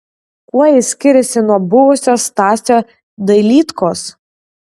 kuo jis skiriasi nuo buvusio stasio dailydkos